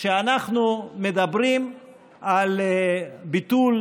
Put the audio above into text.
שאנחנו מדברים על ביטול